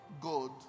God